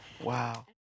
Wow